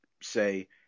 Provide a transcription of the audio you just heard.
say